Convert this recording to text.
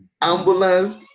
Ambulance